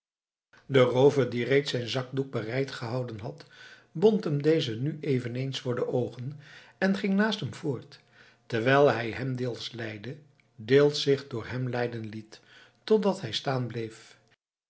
roover die reeds zijn zakdoek bereid gehouden had bond hem dezen nu eveneens voor de oogen en ging naast hem voort terwijl hij hem deels leidde deels zich door hem leiden liet totdat hij staan bleef